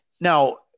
Now